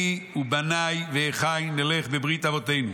ואני ובניי ואחיי נלך בברית אבותינו.